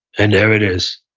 and there it is.